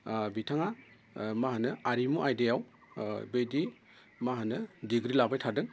बिथाङा मा होनो आरिमु आयदायाव बिदि मा होनो डिग्रि लाबाय थादों